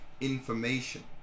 information